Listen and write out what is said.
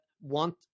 want